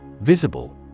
Visible